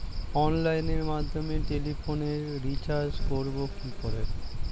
অনলাইনের মাধ্যমে টেলিফোনে রিচার্জ করব কি করে?